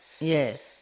Yes